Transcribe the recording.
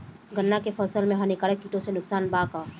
गन्ना के फसल मे हानिकारक किटो से नुकसान बा का?